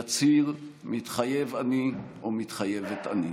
יצהיר: "מתחייב אני" או "מתחייבת אני".